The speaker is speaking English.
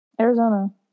Arizona